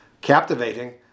captivating